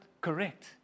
correct